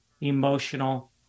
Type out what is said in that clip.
emotional